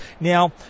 Now